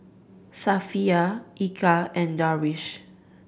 Safiya Eka and Darwish